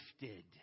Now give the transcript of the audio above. gifted